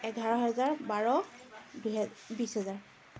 এঘাৰ হেজাৰ বাৰ দুই হে বিশ হেজাৰ